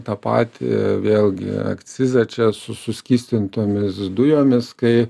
tą patį vėlgi akcizą čia su suskystintomis dujomis kai